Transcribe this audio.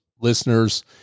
listeners